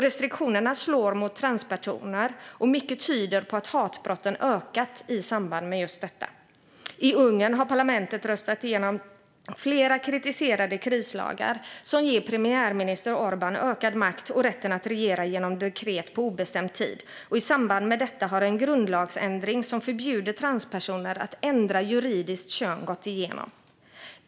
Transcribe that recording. Restriktionerna slår mot transpersoner, och mycket tyder på att hatbrotten har ökat i samband med detta. I Ungern har parlamentet röstat igenom flera kritiserade krislagar som ger premiärminister Orbán ökad makt och rätten att regera genom dekret på obestämd tid. I samband med detta har en grundlagsändring som förbjuder transpersoner att ändra juridiskt kön gått igenom.